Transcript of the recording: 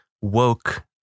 woke